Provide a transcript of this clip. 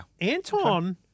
Anton